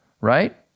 right